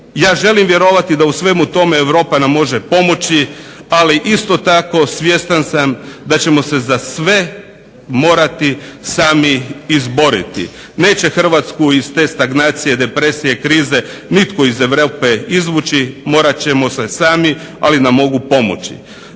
Ja želim vjerovati da u svemu tome Europa nam može pomoći, ali isto tako svjestan sam da ćemo se za sve morati sami izboriti. Neće Hrvatsku iz te stagnacije depresije, krize nitko iz Europe izvući, morat ćemo se sami ali nam mogu pomoći.